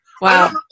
Wow